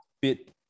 bit